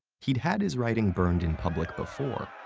he'd had his writing burned in public before,